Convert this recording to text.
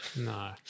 No